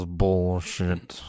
bullshit